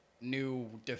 new